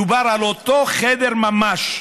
דובר על אותו חדר ממש,